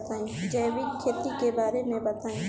जैविक खेती के बारे में बताइ